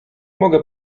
moge